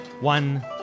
one